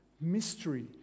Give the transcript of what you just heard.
mystery